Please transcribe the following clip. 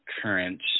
current